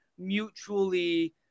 mutually